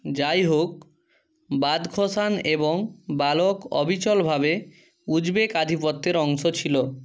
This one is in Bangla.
যাই হোক বাদাখশান এবং বালক অবিচলভাবে উজবেক আধিপত্যের অংশ ছিলো